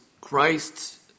Christ